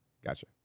gotcha